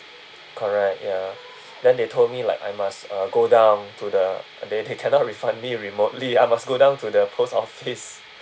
correct ya then they told me like I must uh go down to the they they cannot refund me remotely I must go down to the post office